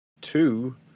Two